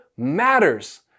Matters